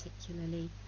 particularly